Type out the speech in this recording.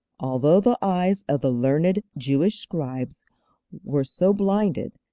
although the eyes of the learned jewish scribes were so blinded,